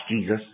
Jesus